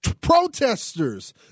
Protesters